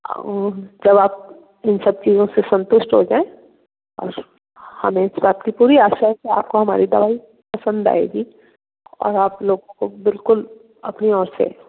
वो जब आप इन सब चीज़ों से संतुष्ट हो जाएँ और हमें इस बात की पूरी आशा है कि आपको हमारी दवाई पसंद आएगी और आप लोगों को बिल्कुल अपनी ओर से